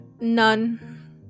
none